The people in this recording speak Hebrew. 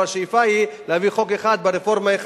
אבל השאיפה היא להביא חוק אחד ברפורמה.